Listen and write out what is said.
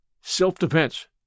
self-defense